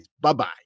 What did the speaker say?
Bye-bye